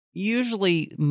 Usually